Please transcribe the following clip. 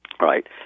Right